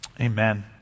Amen